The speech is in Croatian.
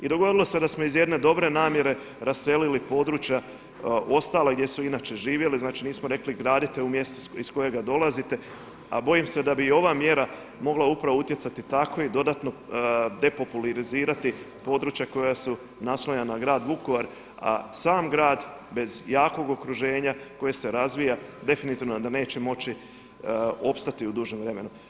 I dogodilo se da smo iz jedne dobre namjere raselili područja ostala gdje su inače živjeli, znači … rekli gradite u mjestu iz kojega dolazite a bojim se da bi i ova mjera mogla upravo utjecati tako i dodatno depopularizirati područja koja su naslonjena na grad Vukovar a sam grad bez jakog okruženja koje se razvija definitivno onda neće moći opstati u dužem vremenu.